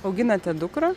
auginate dukrą